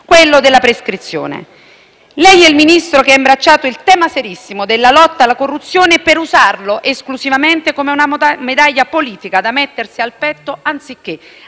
giustizia, la prescrizione. Lei è il Ministro che ha imbracciato il tema serissimo della lotta alla corruzione per usarlo esclusivamente come una medaglia politica da mettersi al petto anziché